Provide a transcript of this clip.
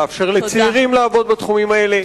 לאפשר לצעירים לעבוד בתחומים האלה.